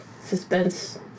suspense